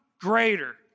greater